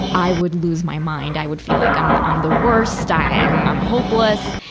i would lose my mind. i would feel like i'm, i'm the worst, i'm, i'm hopeless.